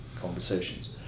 conversations